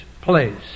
place